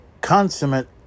consummate